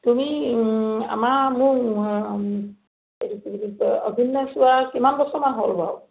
তুমি আমাৰ মোৰ কি বুলি কয় অভিনয় চোৱা কিমান বছৰমান হ'ল বাৰু